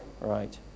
right